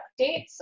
updates